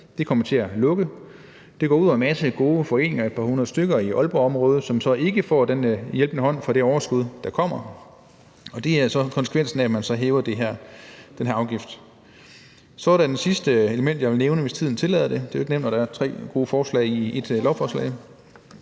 – kommer til at lukke. Det går ud over en masse gode foreninger – et par hundrede stykker – i Aalborgområdet, som så ikke får en hjælpende hånd fra det overskud, der kommer. Det er konsekvensen af, at man hæver den her afgift. Så er der et sidste element, jeg vil nævne, hvis tiden tillader det. Det er jo ikke nemt, når der er tre forslag i et lovforslag.